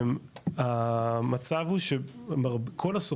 המצב הוא שכל,